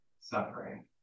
suffering